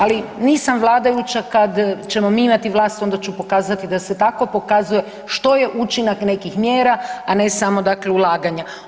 Ali nisam vladajuća, kada ćemo mi imati vlast onda ću pokazati da se tako pokazuje što je učinak nekih mjera, a ne samo dakle ulaganja.